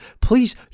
please